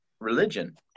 Religion